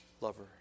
lover